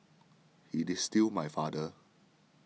he is still my father